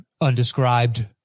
undescribed